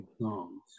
songs